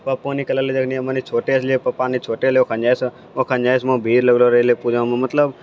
पापा नी कहली छै जखनी हमे छोटे छलियै पापा नी छोटे लअ ओखनेसँ वहाँ भीड़ लगलो रहै पूजामे मतलब